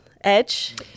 edge